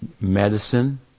medicine